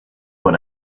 what